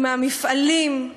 עם המפעלים,